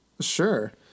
Sure